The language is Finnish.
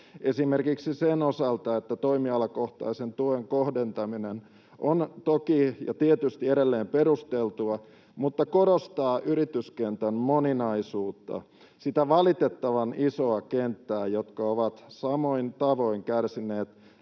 esimerkiksi sen osalta, että toimialakohtaisen tuen kohdentaminen on toki ja tietysti edelleen perusteltua, mutta korostaa yrityskentän moninaisuutta, sitä valitettavan isoa kenttää, joka on samoin tavoin kärsinyt